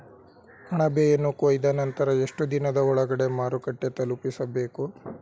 ಅಣಬೆಯನ್ನು ಕೊಯ್ದ ನಂತರ ಎಷ್ಟುದಿನದ ಒಳಗಡೆ ಮಾರುಕಟ್ಟೆ ತಲುಪಿಸಬೇಕು?